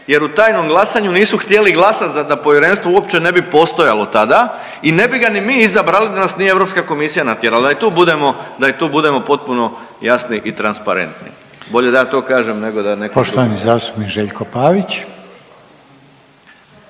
jer u tajnom glasanju nisu htjeli glasati da povjerenstvo uopće ne bi postojalo tada i ne bi ga ni mi izabrali da nas nije Europska komisija natjerala, da i tu budemo potpuno jasni i transparentni. Bolje da ja to kažem nego da netko drugi. **Reiner, Željko